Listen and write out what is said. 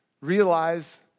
Realize